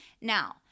Now